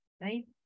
Right